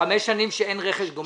חמש שנים שאין רכש גומלין.